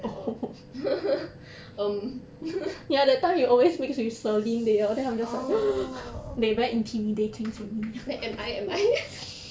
um orh then am I am I